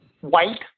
white